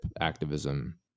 activism